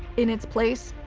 in its place,